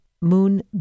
moon